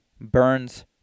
burns